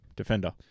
Defender